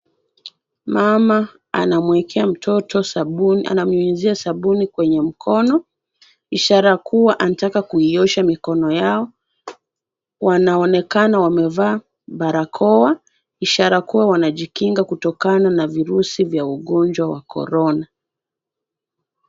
Mama anamwekea mtoto sabuni anamnyunyizia sabuni kwenye mkono ishara kuwa anataka kuiosha mikono yao. Wanaonekana wamevaa barakoa ishara kuwa wanajikinga kutokana na virusi vya ugonjwa wa korona.